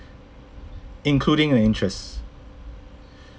including a interest